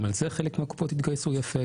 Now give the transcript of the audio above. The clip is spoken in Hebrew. גם על זה חלק מהקופות התגייסו יפה,